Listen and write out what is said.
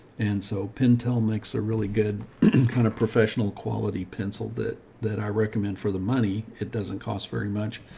and so pentel makes a really good and kind of professional quality pencil that, that i recommend for the money. it doesn't cost very much.